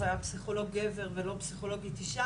זה היה פסיכולוג גבר ולא פסיכולוגית אישה